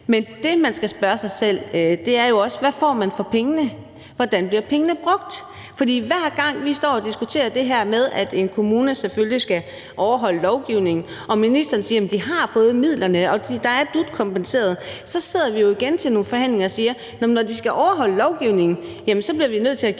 Men det, man skal spørge sig selv om, er, hvad man får for pengene, og hvordan pengene bliver brugt? For hver gang vi står og diskuterer det her med, at en kommune selvfølgelig skal overholde lovgivningen, og ministeren siger, at de har fået midlerne, og at der er DUT-kompenseret, så sidder vi jo igen til nogle forhandlinger og siger: Jamen når de skal overholde lovgivningen, bliver vi nødt til at give dem